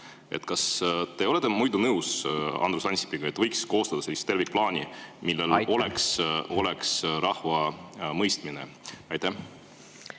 Kas te olete muidu nõus Andrus Ansipiga, et võiks koostada tervikplaani, millel oleks rahva mõistmine? Hea,